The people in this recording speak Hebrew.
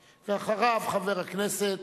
ואחריו, חבר הכנסת